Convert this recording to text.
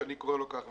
שאני קורא לו כך,